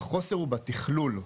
והחוסר הוא בתכלול,